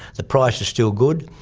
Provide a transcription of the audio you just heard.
the price is still good,